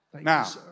Now